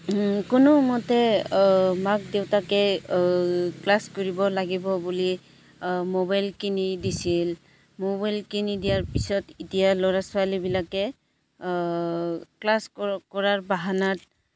কোনোমতে মাক দেউতাকে ক্লাছ কৰিব লাগিব বুলি মোবাইল কিনি দিছিল মোবাইল কিনি দিয়াৰ পিছত এতিয়া ল'ৰা ছোৱালীবিলাকে ক্লাছ কৰাৰ বাহানাত